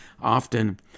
often